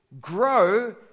grow